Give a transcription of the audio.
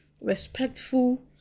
respectful